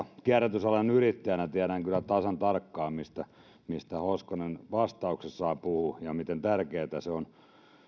kierrätysalan yrittäjänä tiedän kyllä tasan tarkkaan mistä hoskonen vastauksessaan puhui ja miten tärkeätä on